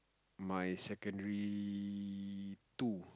my secondary two